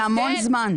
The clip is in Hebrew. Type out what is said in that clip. זה המון זמן.